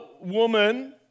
woman